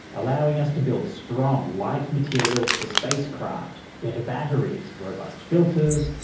allowing us to build strong, light materials for spacecraft, better batteries, robust filters,